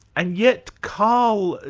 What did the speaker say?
and yet karl,